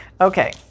Okay